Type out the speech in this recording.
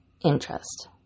interest